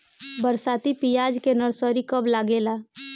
बरसाती प्याज के नर्सरी कब लागेला?